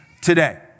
today